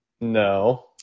No